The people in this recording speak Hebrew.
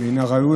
מן הראוי,